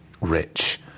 rich